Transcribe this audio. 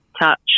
touch